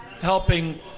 helping